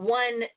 one